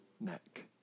neck